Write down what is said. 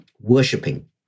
worshipping